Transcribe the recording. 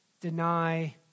deny